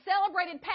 celebrated